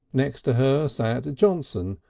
next to her sat johnson,